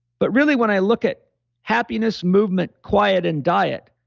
but really when i look at happiness, movement, quiet, and diet,